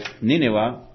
Nineveh